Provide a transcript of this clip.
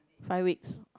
five weeks